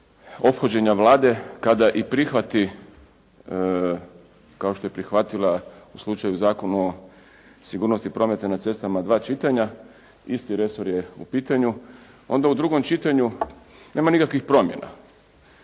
ophođenja Vlade kada i prihvati, kao što je prihvatila u slučaju Zakona o sigurnosti prometa na cestama dva čitanja. Isti resor je u pitanju, onda u drugom čitanju nema nikakvih promjena.